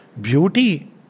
beauty